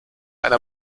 einer